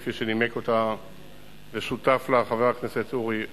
כפי שנימק אותה ושותף לה חבר הכנסת אורי אורבך,